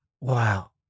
Wow